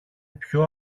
πιο